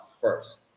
first